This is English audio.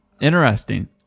Interesting